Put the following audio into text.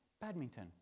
badminton